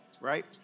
right